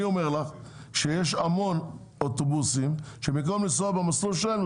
אני אומר לך שיש המון אוטובוסים שבמקום לנסוע במסלול שלהם,